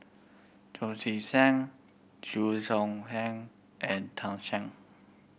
John Tee Cain Chew Choo Keng and Tan Shen